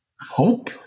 hope